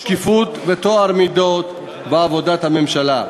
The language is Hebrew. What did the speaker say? לשקיפות ולטוהר המידות בעבודת הממשלה.